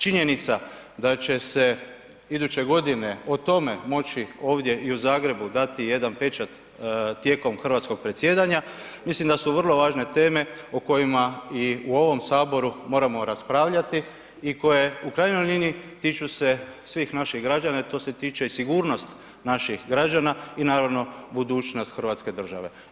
Činjenica da će se iduće godine o tome moći ovdje i u Zagrebu dati jedan pečat tijekom hrvatskog predsjedanja, mislim da su vrlo važne teme o kojima i u ovom Saboru moramo raspravljati i koje u krajnjoj liniji tiču se svih naših građana i tu se tiče i sigurnost naših građana i naravno budućnost Hrvatske države.